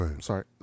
sorry